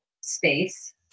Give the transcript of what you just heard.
space